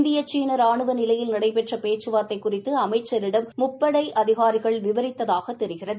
இந்திய சீன ரானுவ நிலையிலான நடைபெற்ற பேச்சுவார்த்தை குறித்து அமைச்சிடம் முப்படை அதிகாரிகள் விவரித்ததாக தெரிகிறது